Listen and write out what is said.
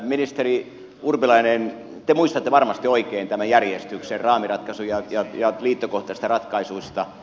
ministeri urpilainen te muistatte varmasti oikein tämän järjestyksen raamiratkaisusta ja liittokohtaisista ratkaisuista